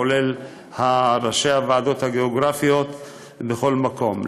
כולל ראשי הוועדות הגאוגרפיות בכל מקום.